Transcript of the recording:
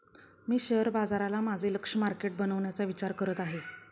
मी share बाजाराला माझे लक्ष्य मार्केट बनवण्याचा विचार करत आहे